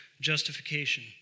justification